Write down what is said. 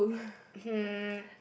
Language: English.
hmm